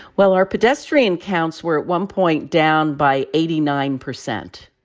well, our pedestrian counts were at one point down by eighty nine percent.